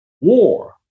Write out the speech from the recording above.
war